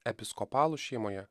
episkopalų šeimoje